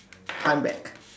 I'm back